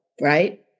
right